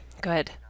good